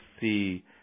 see